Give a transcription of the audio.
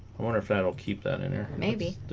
i wonder if that will keep that in there maybe